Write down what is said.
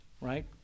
right